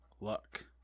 Luck